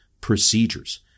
procedures